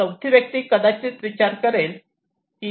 चौथी व्यक्ती कदाचित विचार करेल